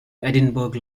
edinburgh